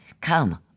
Come